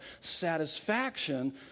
satisfaction